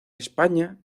españa